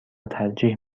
ترجیح